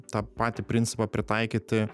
tą patį principą pritaikyti